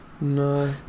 No